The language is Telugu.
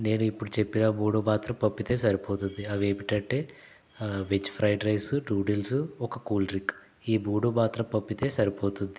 నేను ఇప్పుడు చెప్పిన మూడు మాత్రం పంపితే సరిపోతుంది అవి ఏమిటంటే వెజ్ ఫ్రైడ్రైస్ నూడుల్స్ ఒక కూల్డ్రింక్ ఈ మూడు మాత్రం పంపితే సరిపోతుంది